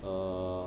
err